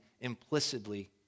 implicitly